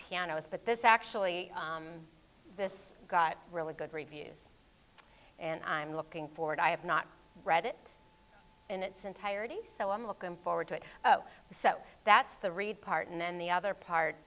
pianos but this actually this got really good reviews and i'm looking forward i have not read it in its entirety so i'm looking forward to it so that's the read part and then the other part